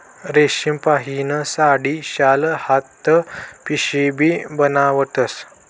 रेशीमपाहीन साडी, शाल, हात पिशीबी बनाडतस